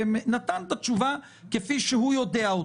נתן את התשובה כפי שהוא יודע.